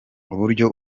uburyo